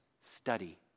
study